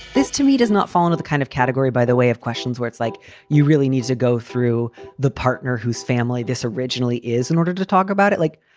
this, to me, does not fall into the kind of category, by the way, of questions where it's like you really need to go through the partner who's family. this originally is in order to talk about it. like,